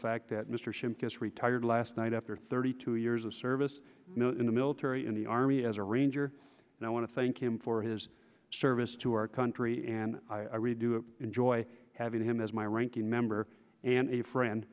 fact that mr shimkus retired last night after thirty two years of service in the military in the army as a ranger and i want to thank him for his service to our country and i really do enjoy having him as my ranking member and a friend